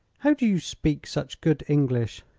how do you speak such good english?